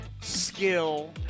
skill